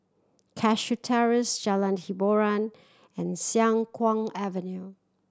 Cashew Terrace Jalan Hiboran and Siang Kuang Avenue